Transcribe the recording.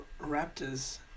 Raptors